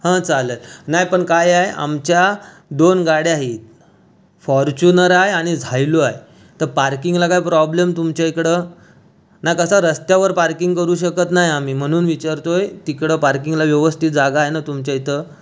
हं चालेल नाही पण काय आहे आमच्या दोन गाड्या आहेत फॉर्च्युनर आहे झायलो आहे तर पार्किंगला काही प्रॉब्लेम तुमच्या इकडं नाही कसं रस्त्यावर पार्किंग करू शकत नाही आम्ही म्हणून विचारतो आहे तिकडं पार्किंगला व्यवस्थित जागा आहे ना तुमच्या इथं